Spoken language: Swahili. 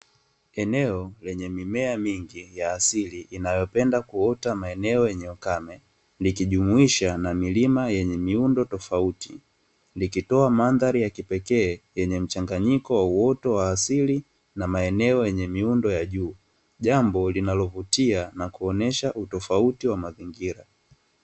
Eneo lenye mimea mingi ya asili inayopenda kuota maeneo yenye ukame, likijumuisha na milima yenye miundo tofauti, likitoa mandhari ya kipekee yenye mchaganyiko wa uoto wa asili na maeneo yenye miundo ya juu, jambo linalovutia na kuonyesha utofauti wa mazingira.